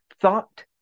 thought